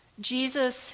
Jesus